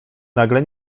nagle